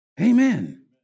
Amen